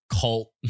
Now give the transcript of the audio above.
cult